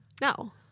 no